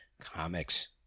comics